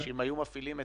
תודה.